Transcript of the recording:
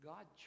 God